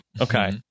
Okay